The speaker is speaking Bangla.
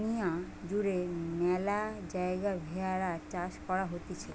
দুনিয়া জুড়ে ম্যালা জায়গায় ভেড়ার চাষ করা হতিছে